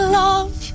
love